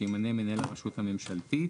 שימנה מנהל הרשות הממשלתית,